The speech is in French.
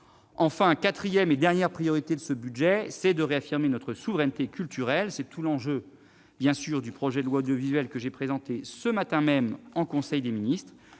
La quatrième et dernière priorité de ce budget est de réaffirmer notre souveraineté culturelle. C'est tout l'enjeu du projet de loi sur l'audiovisuel que j'ai présenté ce matin même en conseil des ministres